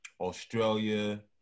Australia